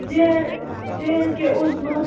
J J and K Uzma